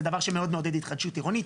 זה דבר שמאוג מעודד התחדשות עירונית,